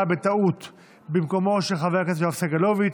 בטעות במקומו של חבר הכנסת יואב סגלוביץ',